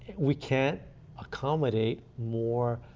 we can't accommodate more,